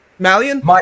malian